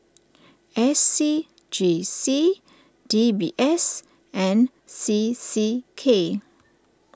S C G C D B S and C C K